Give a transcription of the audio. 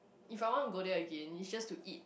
if I want to go there again it's just to eat